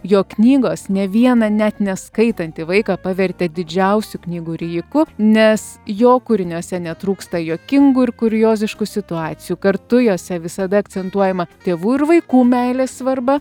jo knygos ne vieną net neskaitantį vaiką pavertė didžiausiu knygų rijiku nes jo kūriniuose netrūksta juokingų ir kurioziškų situacijų kartu jose visada akcentuojama tėvų ir vaikų meilės svarba